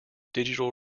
digital